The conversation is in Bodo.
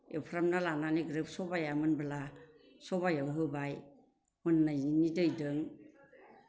एवफ्रामना लानानै ग्रोब सबाइआ मोनब्ला सबायाव होबाय मोननायनि दैजों